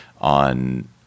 on